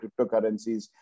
cryptocurrencies